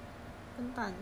is garlic